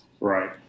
Right